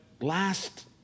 last